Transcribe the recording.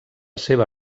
seva